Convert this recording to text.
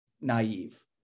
naive